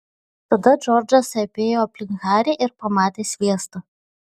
tada džordžas apėjo aplink harį ir pamatė sviestą